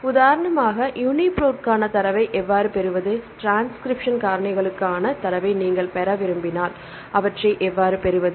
உதாரணமாக யூனிபிரோட்டுக்கான தரவை எவ்வாறு பெறுவது டிரான்ஸ்கிரிப்ஷன் காரணிகளுக்கான தரவை நீங்கள் பெற விரும்பினால்அவற்றை எவ்வாறு பெறுவது